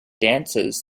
dances